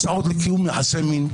הצעות לקיום יחסי מין,